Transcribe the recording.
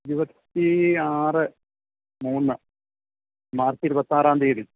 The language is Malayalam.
ഇരുപത്തി ആറ് മൂന്ന് മാർച്ച് ഇരുപത്തി ആറാം തിയ്യതി